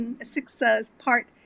six-part